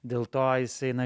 dėl to jisai na